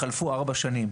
חלפו מאז ארבע שנים.